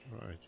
right